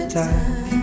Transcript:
time